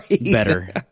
better